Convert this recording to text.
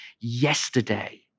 yesterday